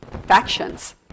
factions